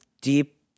deep